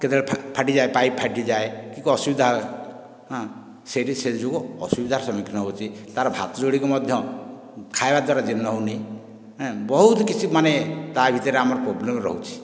କେତେବେଳେ ଫାଟିଯାଏ ପାଇପ୍ ଫାଟିଯାଏ କିଛି ଅସୁବିଧା ହାଁ ସେଠି ସେ ଯୋଗୁଁ ଅସୁବିଧା ସମ୍ମୁଖୀନ ହେଉଛି ତା'ର ଭାତ ଯୋଡ଼ିକ ମଧ୍ୟ ଖାଇବା ଦ୍ଵାରା ଜୀର୍ଣ୍ଣ ହେଉନି ହେଁ ବହୁତ କିଛି ମାନେ ତା'ଭିତରେ ଆମର ପ୍ରୋବ୍ଲେମ ରହୁଛି